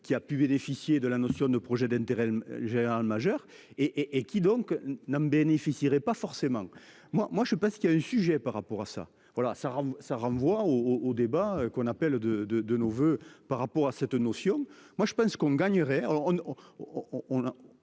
qui a pu bénéficier de la notion de projet d'intérêt général majeur et et qui donc n'en bénéficieraient pas forcément moi moi je sais pas ce qu'il y a un sujet par rapport à ça, voilà ça, ça renvoie au au débat qu'on appelle de de de nos voeux par rapport à cette notion, moi je pense qu'on gagnerait